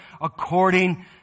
according